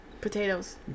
potatoes